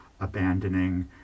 abandoning